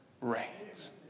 reigns